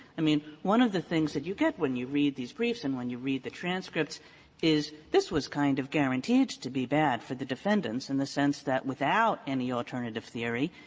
i mean, one of the things that you get when you read these briefs and when you read the transcripts is, this was kind of guaranteed to be bad for the defendants in the sense that, without any alternative theory,